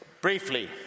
Briefly